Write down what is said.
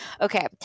Okay